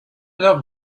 love